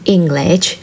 English